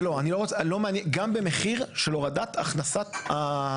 זה לא, גם במחיר של הורדת הכנסה לרמ"י.